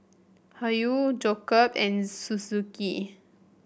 Hoyu Jacob and Suzuki